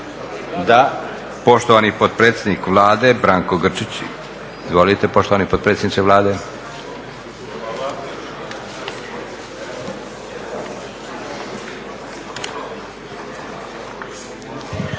Da. Poštovani potpredsjednik Vlade Branko Grčić. Izvolite poštovani potpredsjedniče Vlade. **Grčić,